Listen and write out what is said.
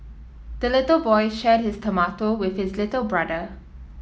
the little boy shared his tomato with his little brother